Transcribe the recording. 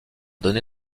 donné